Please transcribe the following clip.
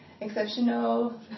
exceptional